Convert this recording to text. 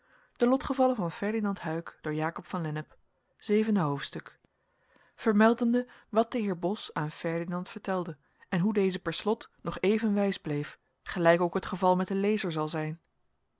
verliezen hoofdstuk vermeldende wat de heer bos aan ferdinand vertelde en hoe deze per slot nog even wijs bleef gelijk ook het geval met den lezer zal zijn